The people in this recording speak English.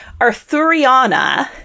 Arthuriana